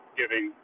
giving